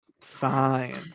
Fine